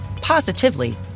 positively